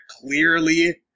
clearly